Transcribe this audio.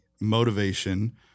motivation